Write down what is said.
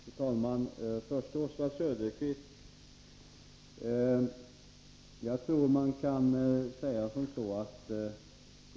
Fru talman! Jag vill först vända mig till Oswald Söderqvist.